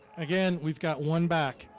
again, we've got one back.